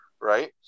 right